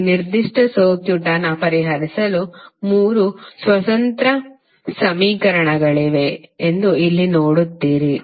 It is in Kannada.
ಈ ನಿರ್ದಿಷ್ಟ ಸರ್ಕ್ಯೂಟ್ ಅನ್ನು ಪರಿಹರಿಸಲು 3 ಸ್ವತಂತ್ರ ಸಮೀಕರಣಗಳಿವೆ ಎಂದು ಇಲ್ಲಿ ನೋಡುತ್ತೀರಿ